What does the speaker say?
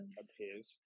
appears